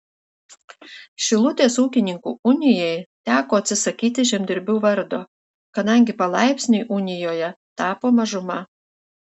šilutės ūkininkų unijai teko atsisakyti žemdirbių vardo kadangi palaipsniui unijoje tapo mažuma